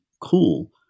cool